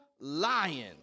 lion